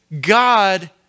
God